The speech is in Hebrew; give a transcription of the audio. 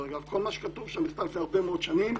כל מה שכתוב שם נכתב לפני הרבה מאוד שנים,